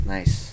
Nice